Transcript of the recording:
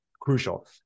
crucial